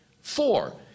Four